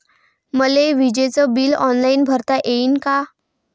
मले विजेच bill online भरता येईन का?